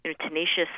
tenacious